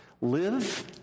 Live